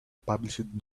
published